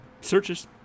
searches